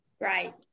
Right